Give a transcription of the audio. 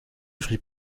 vit